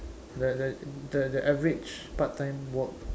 the the the the average part time work